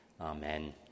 Amen